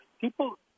people